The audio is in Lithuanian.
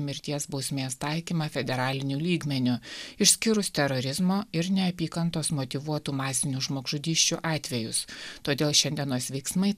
mirties bausmės taikymą federaliniu lygmeniu išskyrus terorizmo ir neapykantos motyvuotų masinių žmogžudysčių atvejus todėl šiandienos veiksmai